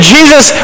Jesus